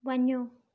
वञो